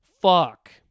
fuck